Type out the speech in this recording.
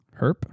Herp